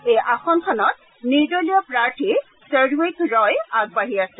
এই আসনখনত নিৰ্দলীয় প্ৰাৰ্থী সৰয়ুগ ৰয় আগবাঢ়ি আছে